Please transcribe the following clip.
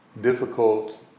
difficult